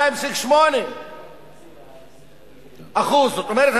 32.8%. זאת אומרת,